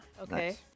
Okay